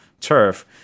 turf